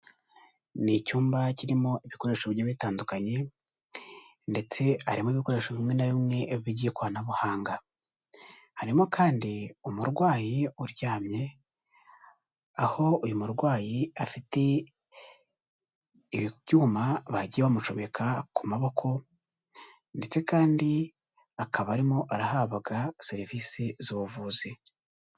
Ni icyumba kirimo ibikoresho bigiye bitandukanye ndetse harimo ibikoresho bimwe na bimwe by'ikoranabuhanga, harimo kandi umurwayi uryamye, aho uyu murwayi afite ibyuma bagiye bamucomeka ku maboko ndetse kandi akaba arimo arahabwa serivisi z'ubuvuzi.